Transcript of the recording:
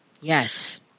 Yes